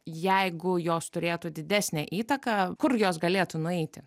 jeigu jos turėtų didesnę įtaką kur jos galėtų nueiti